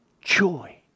joy